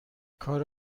کار